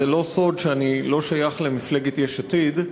זה לא סוד שאני לא שייך למפלגת יש עתיד,